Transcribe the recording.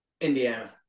Indiana